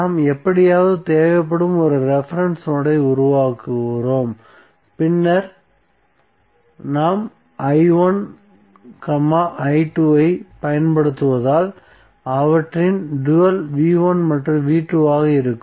நாம் எப்படியாவது தேவைப்படும் ஒரு ரெபரென்ஸ் நோட்யை உருவாக்குகிறோம் பின்னர் நாம் ஐப் பயன்படுத்துவதால் அவற்றின் டூயல் மற்றும் ஆக இருக்கும்